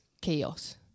chaos